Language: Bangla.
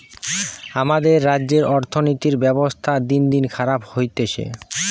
আমাদের রাজ্যের অর্থনীতির ব্যবস্থা দিনদিন খারাপ হতিছে